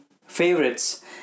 favorites